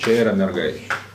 čia yra mergaičių